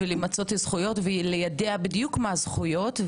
למצות את הזכויות וליידע בדיוק מה הזכויות.